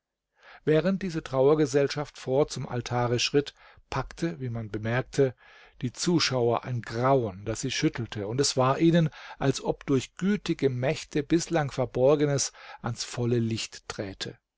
während diese trauergesellschaft vor zum altare schritt packte wie man bemerkte die zuschauer ein grauen das sie schüttelte und es war ihnen als ob durch gütige mächte bislang verborgenes ans volle licht träte